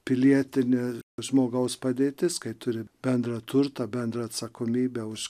pilietinė žmogaus padėtis kai turi bendrą turtą bendrą atsakomybę už